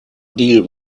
deal